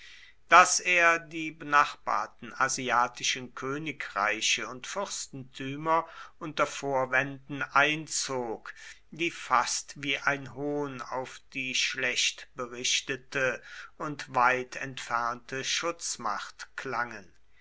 daß er die benachbarten asiatischen königreiche und fürstentümer unter vorwänden einzog die fast wie ein hohn auf die schlecht berichtete und weit entfernte schutzmacht klangen